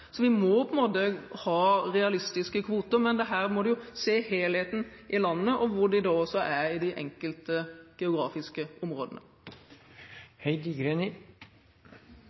Så vi må ha realistiske kvoter, men her må vi se landet som helhet og hvor jerven er i de enkelte geografiske